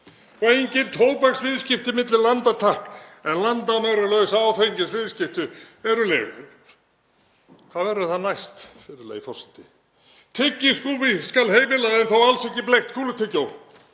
og engin tóbaksviðskipti milli landa, takk, en landamæralaus áfengisviðskipti eru leyfð. Hvað verður það næst, virðulegi forseti? Tyggigúmmí skal heimilað en þó alls ekki bleikt kúlutyggjó.